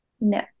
No